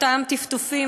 אותם טפטופים,